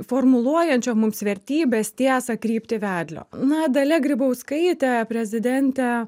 formuluojančio mums vertybes tiesą kryptį vedlio na dalia grybauskaitė prezidentę